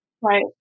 right